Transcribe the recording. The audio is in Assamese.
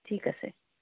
ঠিক আছে